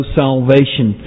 salvation